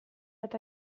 eta